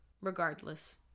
Regardless